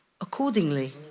accordingly